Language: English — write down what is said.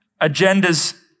agendas